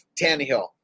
Tannehill